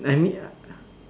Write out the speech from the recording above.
I mean uh